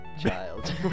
child